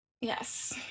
Yes